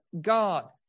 God